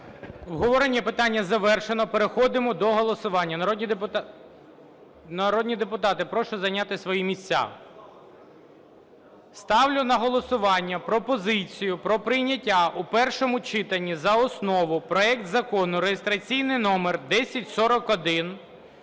Обговорення питання завершено. Переходимо до голосування. Народні депутати, прошу займати свої місця. Ставлю на голосування пропозицію про прийняття в першому читанні за основу проект Закону (реєстраційний номер 1041)